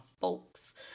folks